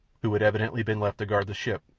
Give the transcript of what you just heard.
who had evidently been left to guard the ship,